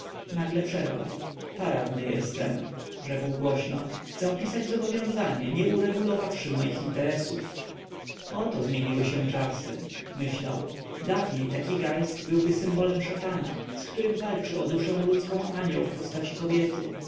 nagle przerwał paradny jestem rzekł głośno chcę pisać zobowiązanie nie uregulowawszy moich interesów oto zmieniły się czasy myślał dawniej taki geist byłby symbolem szatana z którym walczy o duszę ludzką anioł w postaci kobiety